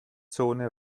zone